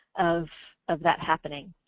of of that happening.